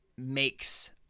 Makes